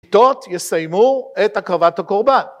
יסיימו את הקרבת הקורבן.